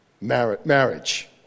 Marriage